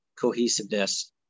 cohesiveness